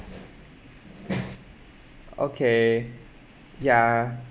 okay ya